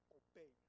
obey